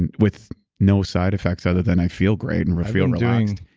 and with no side effects other than i feel great and i feel relaxed.